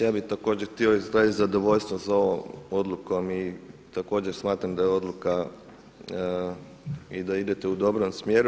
Ja bih također htio izraziti zadovoljstvo za ovom odlukom i također smatram da je odluka i da idete u dobrom smjeru.